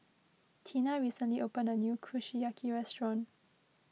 Tina recently opened a new Kushiyaki restaurant